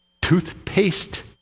toothpaste